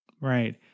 Right